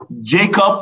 Jacob